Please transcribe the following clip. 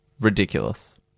ridiculous